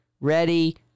Ready